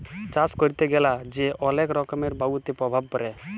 চাষ ক্যরতে গ্যালা যে অলেক রকমের বায়ুতে প্রভাব পরে